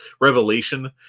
revelation